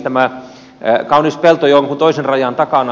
tämä kaunis pelto jonkun toisen rajan takana